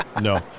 No